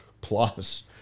plus